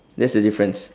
that's the difference